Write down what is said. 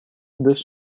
deux